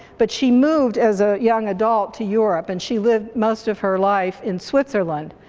but she moved as a young adult to europe and she lived most of her life in switzerland.